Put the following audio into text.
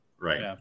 Right